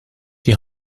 die